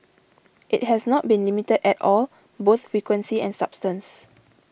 it has not been limited at all both frequency and substance